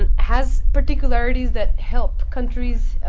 and has particularities that help countries